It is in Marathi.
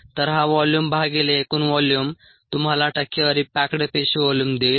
तर हा व्हॉल्यूम भागिले एकूण व्हॉल्यूम तुम्हाला टक्केवारी पॅक्ड पेशी व्हॉल्यूम देईल